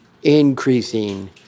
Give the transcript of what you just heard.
Increasing